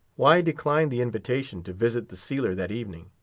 why decline the invitation to visit the sealer that evening?